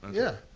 yeah.